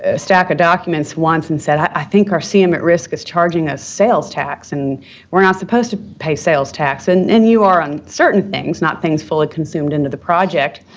ah stack of documents once and said, i think our cm at risk is charging us sales tax, and we're not supposed to pay sales tax, and and you are on certain things not things fully consumed into the project.